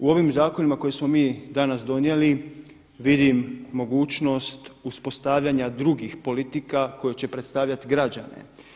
U ovim zakonima koje smo mi danas donijeli vidim mogućnost uspostavljanja drugih politika koje će predstavljati građane.